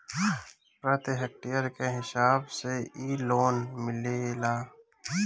प्रति हेक्टेयर के हिसाब से इ लोन मिलेला